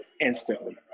instantly